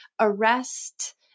arrest